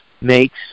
makes